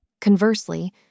Conversely